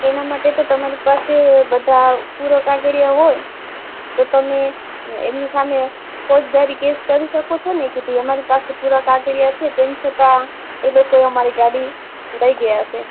એના માટે તો તમારી પાસે બધા પૂરાં કાગળિયાં હોય તો તમે એમની સામે ફોજદારી કેસ કરી શકો છો ને કે ભઇ અમારી પાસે પૂરાં કાગળિયાં છે તેમ છતાં એ લોકો અમારી ગાડી લઇ ગયા છે